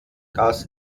das